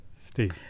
Steve